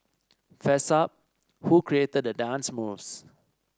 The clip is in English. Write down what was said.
fess up who created the dance moves